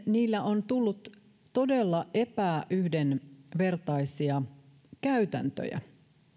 niillä on tullut todella epäyhdenvertaisia käytäntöjä